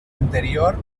anterior